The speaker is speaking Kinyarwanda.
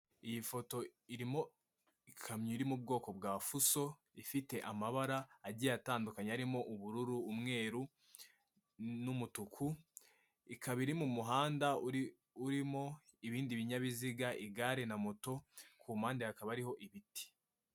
Iyi foto irimo ikamyo iri mu bwoko bwa fuso, ifite amabara agiye atandukanye arimo: ubururu, umweru n'umutuku. Ikaba iri mu muhanda uri urimo ibindi binyabiziga; igare na moto ku mpande hakaba ariho ibiti.